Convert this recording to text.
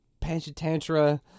Panchatantra